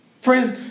Friends